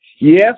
Yes